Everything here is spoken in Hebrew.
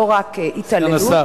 לא רק התעללות,